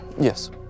Yes